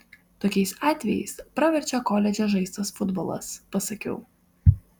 tokiais atvejais praverčia koledže žaistas futbolas pasakiau